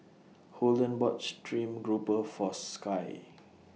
Holden bought Stream Grouper For Skye